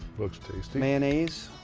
looks tasty. mayonnaise.